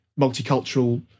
multicultural